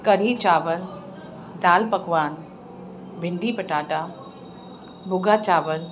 कढ़ी चांवरु दालि पकवान भिंडी पटाटा भुॻा चांवर